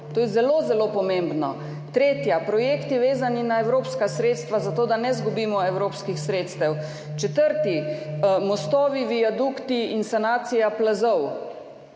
to je zelo, zelo pomembno. Tretja, projekti, vezani na evropska sredstva, zato da ne izgubimo evropskih sredstev. Četrta, mostovi, viadukti in sanacija plazov.